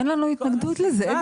אדי, אין לנו התנגדות לזה.